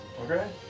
Okay